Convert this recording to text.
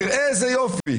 "תראה איזה יופי,